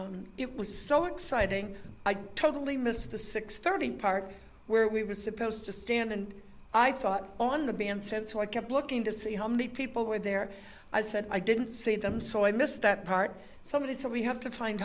music it was so exciting i totally missed the six thirty part where we were supposed to stand and i thought on the bandstand so i kept looking to see how many people were there i said i didn't see them so i missed that part somebody so we have to find